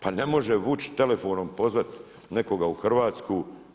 Pa ne može Vučić telefonom pozvati nekoga u Hrvatsku.